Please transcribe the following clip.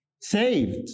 saved